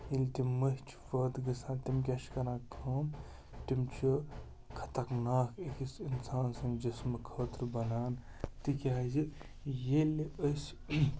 ییٚلہِ تِم مٔہیہ چھِ پٲدٕ گَژھان تِم کیٛاہ چھِ کَران کٲم تِم چھِ خَطرناک أکِس اِنسانس سٕنٛدِ جِسمہٕ خٲطرٕ بَنان تِکیٛازِ ییٚلہِ أسۍ